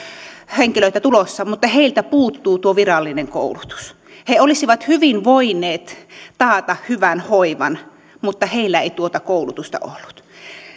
henkilöitä tulossa mutta heiltä puuttuu tuo virallinen koulutus he olisivat hyvin voineet taata hyvän hoivan mutta heillä ei tuota koulutusta ollut